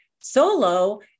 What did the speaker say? solo